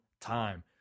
time